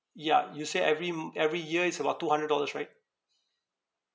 ya you say every m~ every year is about two hundred dollars right